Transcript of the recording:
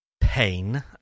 pain